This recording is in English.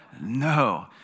no